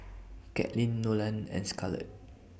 Katlin Nolan and Scarlet